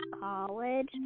college